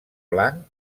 blanc